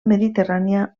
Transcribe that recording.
mediterrània